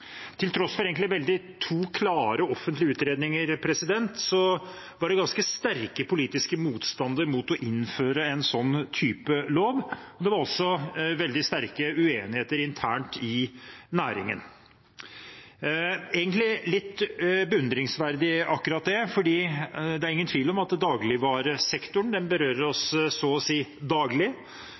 Til tross for to egentlig veldig klare offentlige utredninger var det ganske sterk politisk motstand mot å innføre en slik lov. Det var også veldig sterke uenigheter internt i næringen – egentlig litt beundringsverdig, akkurat det, for det er ingen tvil om at dagligvaresektoren berører oss så å si daglig.